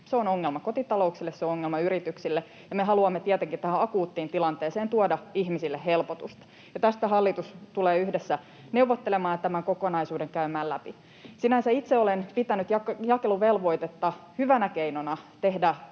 Se on ongelma kotitalouksille, se ongelma yrityksille, ja me haluamme tietenkin tähän akuuttiin tilanteeseen tuoda ihmisille helpotusta. Tästä hallitus tulee yhdessä neuvottelemaan ja tämän kokonaisuuden käymään läpi. Sinänsä itse olen pitänyt jakeluvelvoitetta hyvänä keinona tehdä